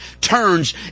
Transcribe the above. turns